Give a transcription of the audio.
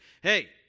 Hey